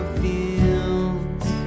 fields